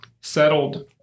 settled